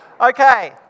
Okay